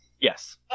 Yes